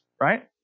right